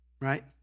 right